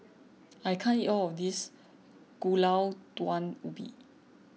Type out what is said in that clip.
I can't eat all of this Gulai Daun Ubi